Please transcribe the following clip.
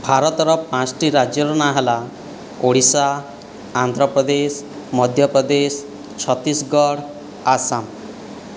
ଭାରତର ପାଞ୍ଚଟି ରାଜ୍ୟର ନାଁ ହେଲା ଓଡ଼ିଶା ଆନ୍ଧ୍ରପ୍ରଦେଶ ମଧ୍ୟପ୍ରଦେଶ ଛତିଶଗଡ଼ ଆସାମ